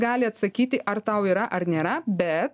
gali atsakyti ar tau yra ar nėra be